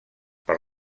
per